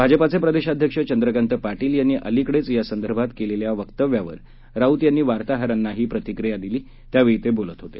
भाजपाचे प्रदेशाध्यक्ष चंद्रकांत पाटील यांनी अलिकडेच यासंदर्भात केलेल्या वक्तव्यावर राऊत यांनी वार्ताहरांना प्रतिक्रिया दिली त्यावेळी ते बोलत होते